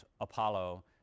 Apollo